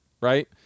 right